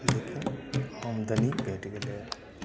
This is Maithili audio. लेकिन आमदनी घैटि गेलैया